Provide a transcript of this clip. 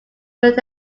were